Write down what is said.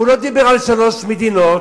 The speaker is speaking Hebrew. הוא לא דיבר על שלוש מדינות,